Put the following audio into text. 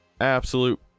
absolute